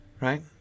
right